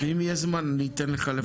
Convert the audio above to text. אם יהיה זמן אני אתן לך לפרט.